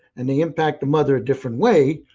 and they impact the mother a different way,